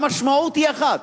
המשמעות היא אחת: